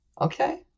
Okay